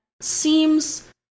seems